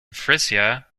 frisia